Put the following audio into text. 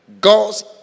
God's